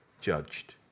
judged